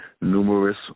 numerous